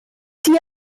die